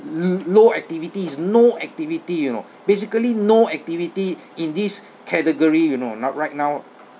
l~ low activity is no activity you know basically no activity in this category you know now right now